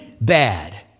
bad